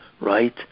right